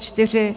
4.